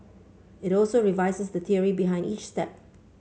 it also revises the theory behind each step